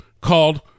called